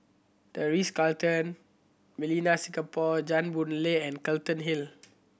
The Ritz Carlton Millenia Singapore Jane Boon Lay and Hill